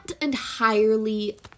entirely